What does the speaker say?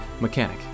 mechanic